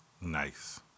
Nice